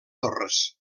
torres